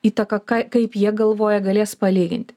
įtaką ką kaip jie galvoja galės palyginti